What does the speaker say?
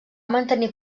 mantenir